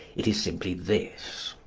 it is simply this.